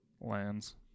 lands